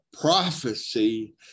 prophecy